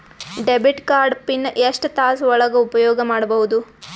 Debit card PIN ಎಷ್ಟ ತಾಸ ಒಳಗ ಉಪಯೋಗ ಮಾಡ್ಬಹುದು?